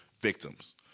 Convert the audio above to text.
victims